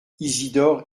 isidore